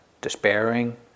despairing